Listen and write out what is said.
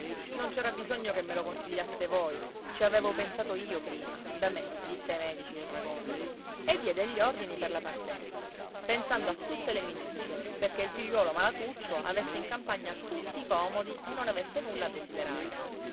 non c'era bisogno che me lo consigliaste voi ci avevo pensato io prima da me disse ai medici il ragona e diede gli ordini per la partenza pensando a tutte le minuzie perché il figliuolo malatuccio avesse in campagna tutti i comodi e non avesse nulla a desiderare